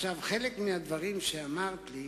חלק מהדברים שאמרת לי